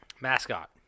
Mascot